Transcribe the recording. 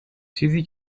چیزی